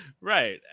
Right